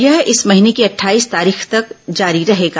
यह इस महीने की अट्ठाईस तारीख तक जारी रहेगा